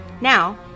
Now